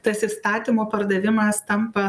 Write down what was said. tas įstatymo pardavimas tampa